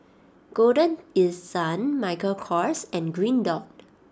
Golden East Sun Michael Kors and Green Dot